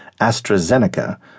AstraZeneca